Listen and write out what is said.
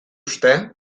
uste